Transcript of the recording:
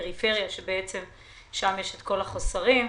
בפריפריה ששם יש את כל החוסרים.